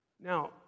Now